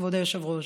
כבוד היושב-ראש: